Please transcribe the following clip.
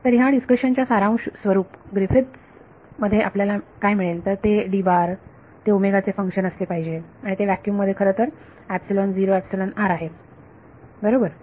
तर ह्या डिस्कशन च्या सारांश स्वरूप ग्रिफिथ्स मध्ये आपल्याला काय मिळेल तर ते ते चे फंक्शन असले पाहिजे आणि ते व्हॅक्युम मध्ये खरंतर आहे बरोबर